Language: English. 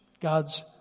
God's